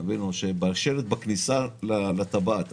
או שלט בכניסה לטבעת.